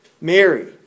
Mary